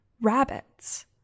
rabbits